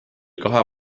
kahe